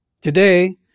Today